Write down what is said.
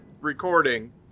recording